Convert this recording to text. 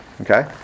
okay